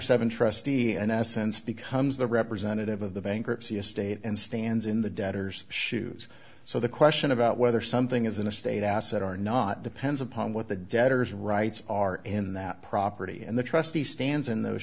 and essence becomes the representative of the bankruptcy estate and stands in the debtors shoes so the question about whether something is an estate asset are not depends upon what the debtors rights are in that property and the trustee stands in those